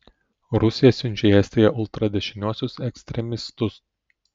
rusija siunčia į estiją ultradešiniuosius ekstremistus